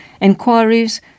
Enquiries